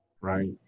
right